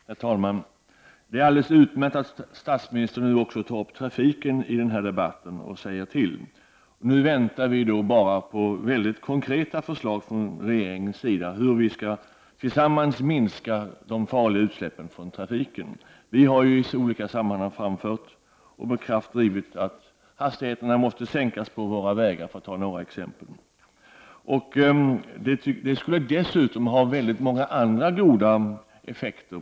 Herr talman! Det är alldeles utmärkt att statsministern också tar upp frågan om trafiken i debatten och säger ifrån. Nu väntar vi bara på de riktigt konkreta förslagen från regeringen om hur vi tillsammans kan minska de farliga utsläppen från trafiken. Vi har i olika sammanhang med kraft framhållit att t.ex. hastigheterna på våra vägar måste sänkas. Det skulle få väldigt många goda andra effekter.